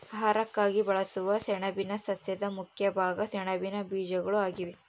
ಆಹಾರಕ್ಕಾಗಿ ಬಳಸುವ ಸೆಣಬಿನ ಸಸ್ಯದ ಮುಖ್ಯ ಭಾಗ ಸೆಣಬಿನ ಬೀಜಗಳು ಆಗಿವೆ